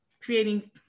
creating